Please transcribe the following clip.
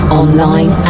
online